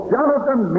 Jonathan